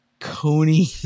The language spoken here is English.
coney